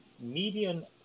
median